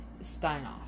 Steinoff